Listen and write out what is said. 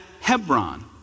Hebron